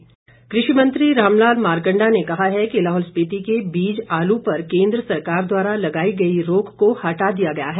मारकंडा कृषि मंत्री रामलाल मारकंडा ने कहा है कि लाहौल स्पीति के बीज आलू पर केंद्र सरकार द्वारा लगाई गई रोक को हटा दिया गया है